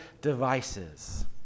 devices